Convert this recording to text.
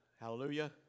hallelujah